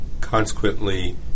consequently